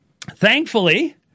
thankfully